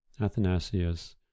Athanasius